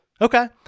Okay